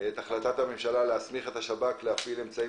את החלטת הממשלה להסמיך את השב"כ להפעיל אמצעים